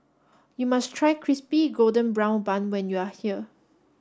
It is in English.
you must try crispy golden brown bun when you are here